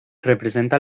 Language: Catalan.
representa